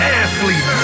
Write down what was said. athlete